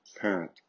parent